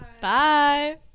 Bye